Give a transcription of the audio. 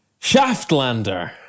Shaftlander